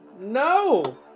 no